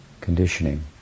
conditioning